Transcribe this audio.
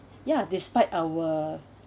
ya despite our